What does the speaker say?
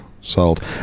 sold